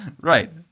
Right